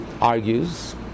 argues